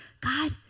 God